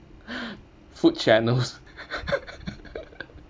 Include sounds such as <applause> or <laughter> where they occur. <breath> food channels <laughs>